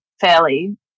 fairly